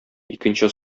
икенче